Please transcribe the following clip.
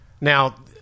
Now